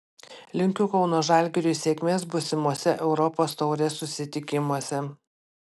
linkiu kauno žalgiriui sėkmės būsimose europos taurės susitikimuose